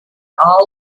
all